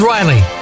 Riley